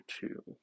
two